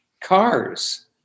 cars